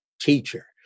teacher